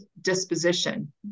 disposition